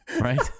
Right